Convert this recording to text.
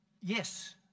Yes